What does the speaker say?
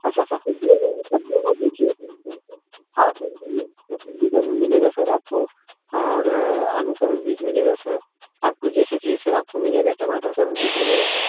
अच्छा सर तो ये के बीज चाहिए थे आपको हाँ सर ये तो भिंडी का भी मिलेगा सर आपको और आलू का भी बीज मिलेगा सर आपको जैसा चाहिए सर आपको मिल जाएगा टमाटर का भी बीज मिलेगा सर